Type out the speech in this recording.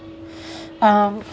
um